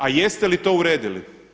A jeste li to uredili?